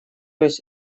есть